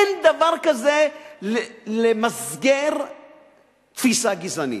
אין דבר כזה למסגר תפיסה גזענית,